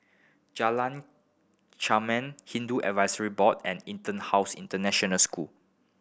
Jalan Hindu Advisory Board and EtonHouse International School